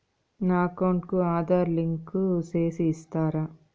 నా అకౌంట్ కు ఆధార్ లింకు సేసి ఇస్తారా?